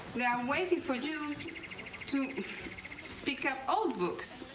yeah um waiting for you to pick up old books.